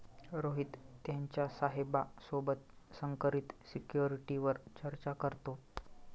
रोहित त्याच्या साहेबा सोबत संकरित सिक्युरिटीवर चर्चा करतो